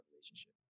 relationship